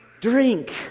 drink